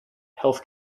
health